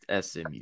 SMU